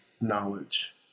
knowledge